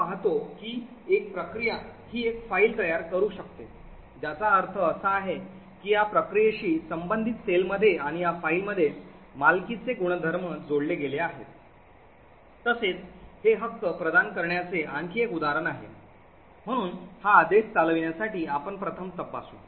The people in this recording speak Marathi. आपण पाहतो की एक प्रक्रिया ही एक फाईल तयार करू शकते ज्याचा अर्थ असा आहे की या प्रक्रियेशी संबंधित सेलमध्ये आणि या फाईलमध्ये मालकीचे गुणधर्म जोडले गेले आहेत तसेच हे हक्क प्रदान करण्याचे आणखी एक उदाहरण आहे म्हणून हा आदेश चालविण्यासाठी आपण प्रथम तपासू